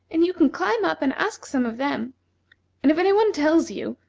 and you can climb up and ask some of them and if any one tells you,